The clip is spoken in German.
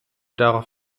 darauf